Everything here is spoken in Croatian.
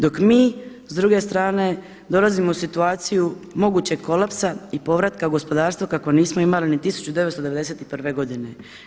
Dok mi s druge strane dolazimo u situaciju mogućeg kolapsa i povratka gospodarstva kakvog nismo imali ni 1991. godine.